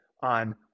on